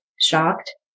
shocked